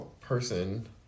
person